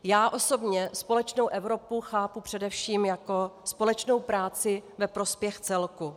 Já osobně společnou Evropu chápu především jako společnou práci ve prospěch celku.